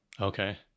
Okay